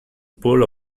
pull